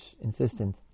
insistent